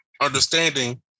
understanding